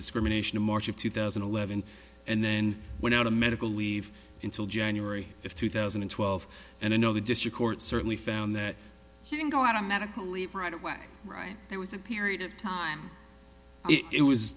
discrimination in march of two thousand and eleven and then went out on medical leave until january fifth two thousand and twelve and i know the district court certainly found that he can go out on medical leave right away right there was a period of time it was